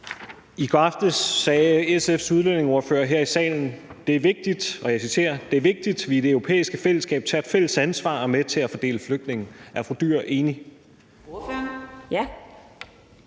I går aftes sagde SF's udlændingeordfører her i salen, at »det er vigtigt, at vi i det europæiske fællesskab tager et fælles ansvar for at fordele flygtninge.« Er fru Pia